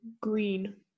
green